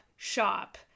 shop